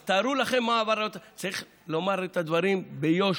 אז תארו לכם מה עבר, צריך לומר את הדברים ביושר.